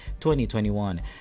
2021